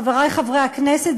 חברי חברי הכנסת,